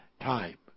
time